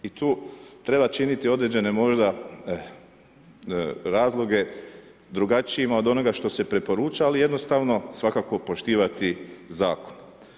I tu treba činiti određene možda razloge drugačijima od onoga što se preporuča, ali jednostavno svakako poštivati Zakon.